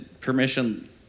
permission